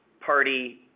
party –